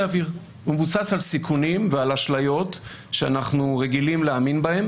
אוויר" הוא מבוסס על סיכונים ועל אשליות שאנחנו רגילים להאמין בהם.